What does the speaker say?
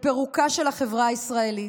לפירוקה של החברה הישראלית,